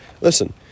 listen